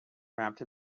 wrapped